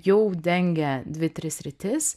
jau dengia dvi tris sritis